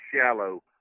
shallow